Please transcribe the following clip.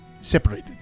separated